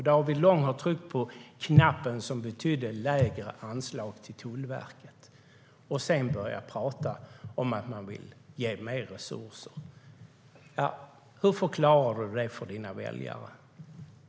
David Lång tryckte på knappen som betydde lägre anslag till Tullverket och börjar sedan tala om att vilja ge mer resurser. Hur förklarar du det för dina väljare?